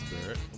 spirit